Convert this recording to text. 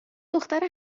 دختر